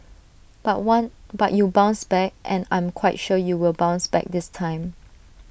but one but you bounced back and I'm quite sure you will bounce back this time